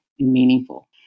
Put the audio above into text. meaningful